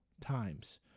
times